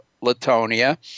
latonia